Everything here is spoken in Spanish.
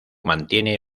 mantiene